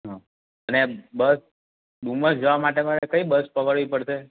હં અને બસ ડુમસ જવા માટે મને કઈ બસ પકડવી પડશે